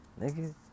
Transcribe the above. nigga